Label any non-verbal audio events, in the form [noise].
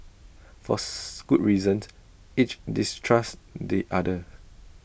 for [noise] good reasons each distrusts the other